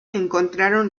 encontraron